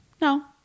No